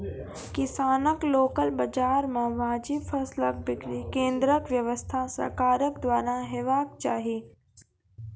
किसानक लोकल बाजार मे वाजिब फसलक बिक्री केन्द्रक व्यवस्था सरकारक द्वारा हेवाक चाही?